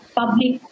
public